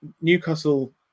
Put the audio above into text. Newcastle